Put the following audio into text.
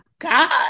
God